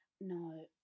No